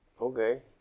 Okay